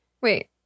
Wait